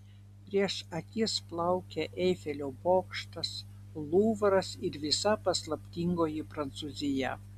prieš akis plaukė eifelio bokštas luvras ir visa paslaptingoji prancūzija